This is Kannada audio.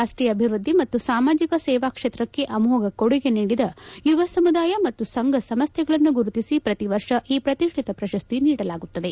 ರಾಷ್ಷೀಯ ಅಭಿವೃದ್ದಿ ಮತ್ತು ಸಾಮಾಜಿಕ ಸೇವಾ ಕ್ಷೇತ್ರಕ್ಕೆ ಅಮೋಫ ಕೊಡುಗೆ ನೀಡಿದ ಯುವ ಸಮುದಾಯ ಮತ್ತು ಸಂಘ ಸಂಸ್ವೆಗಳನ್ನು ಗುರುತಿಸಿ ಪ್ರತಿ ವರ್ಷ ಈ ಪ್ರತಿಷ್ಠಿತ ಪ್ರಶಸ್ತಿ ನೀಡಲಾಗುತ್ತದೆ